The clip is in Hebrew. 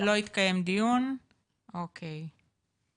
לא התקיים דיון, אוקיי.